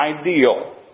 ideal